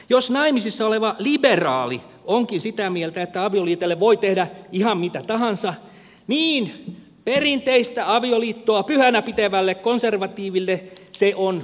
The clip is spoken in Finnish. jos naimisissa oleva liberaali onkin sitä mieltä että avioliitolle voi tehdä ihan mitä tahansa niin perinteistä avioliittoa pyhänä pitävälle konservatiiville se on häväistys